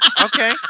Okay